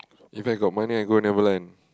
If I got money I go Neverland